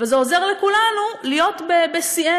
וזה עוזר לכולנו להיות בשיאנו.